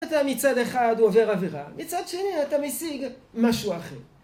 אתה מצד אחד עובר עבירה, מצד שני אתה משיג משהו אחר.